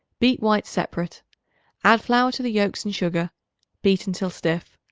beat whites separate add flour to the yolks and sugar beat until stiff.